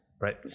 Right